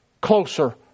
closer